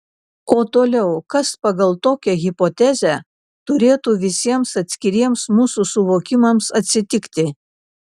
o toliau kas pagal tokią hipotezę turėtų visiems atskiriems mūsų suvokimams atsitikti